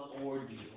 ordeal